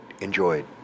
enjoyed